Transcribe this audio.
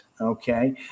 okay